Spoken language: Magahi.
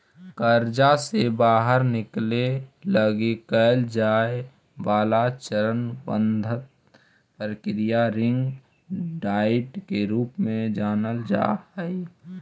कर्जा से बाहर निकले लगी कैल जाए वाला चरणबद्ध प्रक्रिया रिंग डाइट के रूप में जानल जा हई